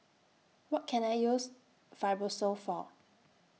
What Can I use Fibrosol For